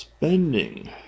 Spending